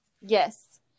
Yes